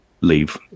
leave